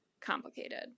complicated